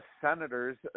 Senators